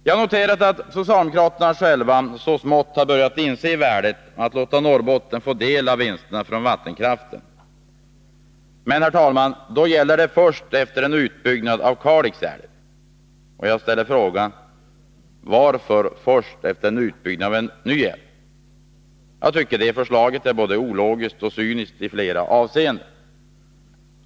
Jag har noterat att socialdemokraterna själva så smått börjat inse värdet av att låta Norrbotten få del av vinsterna från vattenkraften, men, herr talman, då gäller det först efter en utbyggnad av Kalix älv. Jag ställer då frågan: Varför först efter utbyggnaden av en ny älv? Jag tycker det förslaget är både ologiskt och cyniskt i flera avseenden.